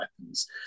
weapons